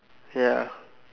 ya